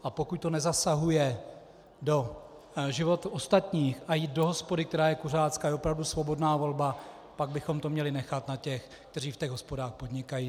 A pokud to nezasahuje do života ostatních a jít do hospody, která je kuřácká, je opravdu svobodná volba, tak bychom to měli nechat na těch, kteří v těch hospodách podnikají.